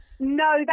No